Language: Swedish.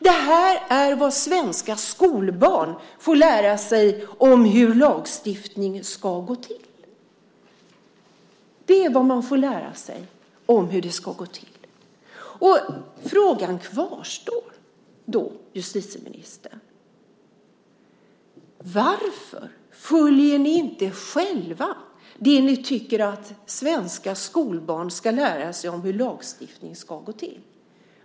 Det är vad svenska skolbarn får lära sig om hur lagstiftning ska gå till. Frågorna kvarstår, justitieministern: Varför följer ni själva inte det som ni tycker att svenska skolbarn ska lära sig om hur lagstiftning ska gå till?